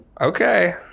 Okay